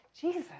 Jesus